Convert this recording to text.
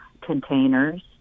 containers